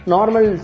Normal